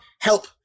help